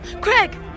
Craig